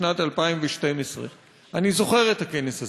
בשנת 2012. אני זוכר את הכנס הזה.